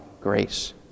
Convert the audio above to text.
grace